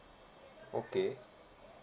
okay